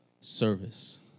service